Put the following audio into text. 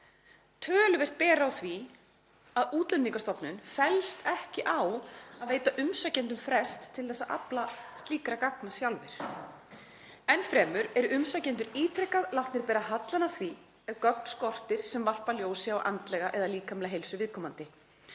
Töluvert ber á því að Útlendingastofnun fellst ekki á að veita umsækjendum frest til að afla slíkra gagna sjálfir. Enn fremur eru umsækjendur ítrekað látnir bera hallann af því ef gögn skortir sem varpa ljósi á andlega eða líkamlega heilsu viðkomandi.“